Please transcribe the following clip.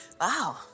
Wow